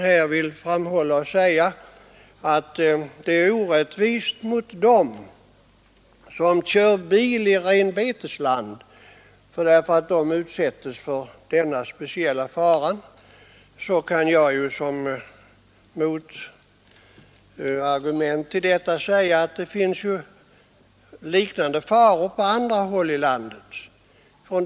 När fru Hansson här säger att det är orättvist mot dem som kör bil i Finansiering av renbetesland, eftersom de där utsätts för denna speciella fara, kan jag tf koksverki Luleå som motargument till detta säga, att liknande faror finns på andra håll i landet.